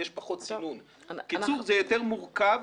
בקיצור, זה יותר מורכב.